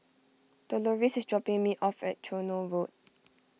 Doloris is dropping me off at Tronoh Road